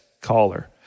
caller